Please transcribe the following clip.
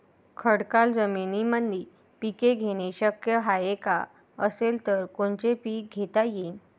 खडकाळ जमीनीमंदी पिके घेणे शक्य हाये का? असेल तर कोनचे पीक घेता येईन?